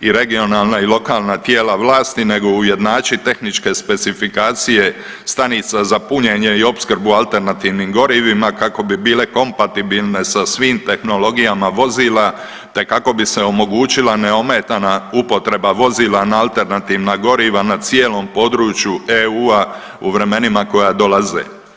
i regionalna i lokalna tijela vlasti, nego ujednačiti tehničke specifikacije stanica za punjenje i opskrbu alternativnim gorivima kako bi bile kompatibilne sa svim tehnologijama vozila te kako bi se omogućila neometana upotreba vozila na alternativna goriva na cijelom području EU-a u vremenima koja dolaze.